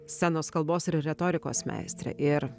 scenos kalbos ir retorikos meistrė ir